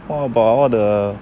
what about all the